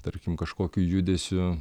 tarkim kažkokiu judesiu